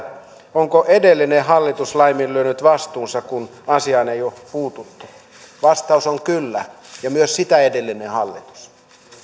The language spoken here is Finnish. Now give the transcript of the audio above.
onko edellinen hallitus laiminlyönyt vastuunsa kun asiaan ei ole puututtu vastaus on kyllä ja näin on tehnyt myös sitä edellinen hallitus